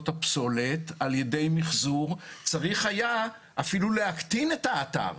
הפסולת על ידי מחזור צריכה הייתה להקטין את האתר.